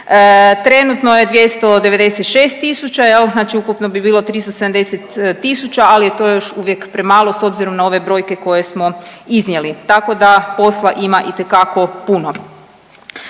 Trenutno je 296 tisuća jel, znači ukupno bi bilo 370 tisuća, ali to je još uvijek premalo s obzirom na ove brojke koje smo iznijeli. Tako da posla ima itekako puno.